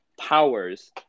powers